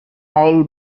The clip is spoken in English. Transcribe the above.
all